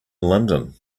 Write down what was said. london